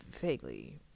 vaguely